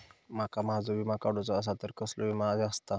माका माझो विमा काडुचो असा तर कसलो विमा आस्ता?